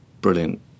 brilliant